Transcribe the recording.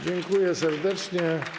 Dziękuję serdecznie.